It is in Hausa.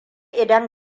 idan